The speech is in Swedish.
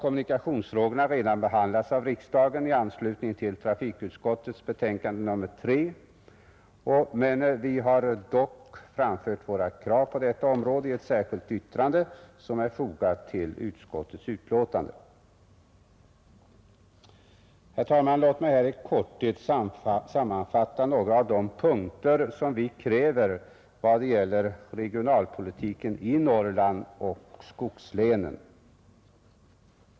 Kommunikationsfrågorna har redan behandlats av riksdagen i anslutning till trafikutskottets betänkande nr 3, men vi har framfört våra krav i ett särskilt yttrande som är fogat till inrikesutskottets betänkande. Herr talman! Jag vill i korthet sammanfatta några av de krav som vi för fram vad gäller regionalpolitiken i Norrland och skogslänen.